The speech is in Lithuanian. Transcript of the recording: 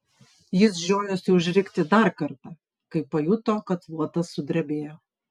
jis žiojosi užrikti dar kartą kai pajuto kad luotas sudrebėjo